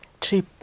trip